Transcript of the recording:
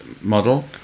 model